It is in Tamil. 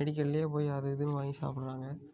மெடிக்கல்லேயே போய் அது இதுன்னு வாங்கி சாப்பிட்றாங்க